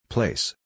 Place